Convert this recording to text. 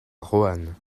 roanne